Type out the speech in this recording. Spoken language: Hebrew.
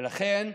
לכן,